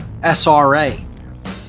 SRA